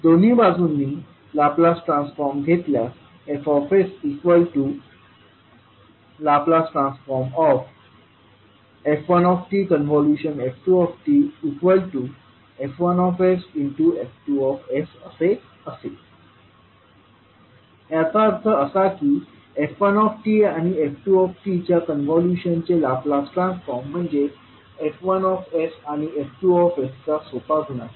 दोन्ही बाजूंनी Laplace transform घेतल्यास FsLf1tf2tF1sF2s असे असेल याचा अर्थ असा की f1t आणि f2t च्या कॉन्व्होल्यूशन चे लाप्लास ट्रान्सफॉर्म म्हणजे F1s आणिF2s चा सोपा गुणाकार